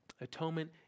Atonement